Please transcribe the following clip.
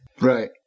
Right